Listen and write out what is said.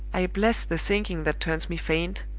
i bless the sinking that turns me faint!